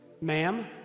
Ma'am